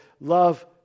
love